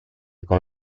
con